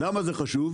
למה זה חשוב?